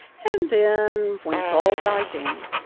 and then when it's all died down,